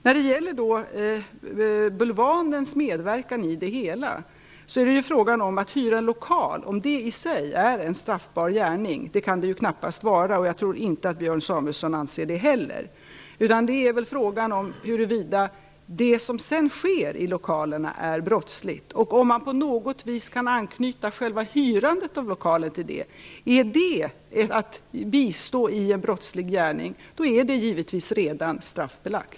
När det gäller bulvanens medverkan i det hela är frågan om det i sig är en straffbar gärning att hyra lokal. Det kan det knappast vara. Jag tror inte att Björn Samuelson heller anser det. Det är snarare fråga om huruvida det som sedan sker i lokalen är brottsligt. Om man på något sätt kan anknyta själva hyrandet av lokalen till det och om det är att bistå i en brottslig gärning, är det givetvis redan straffbelagt.